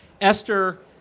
esther